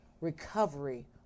recovery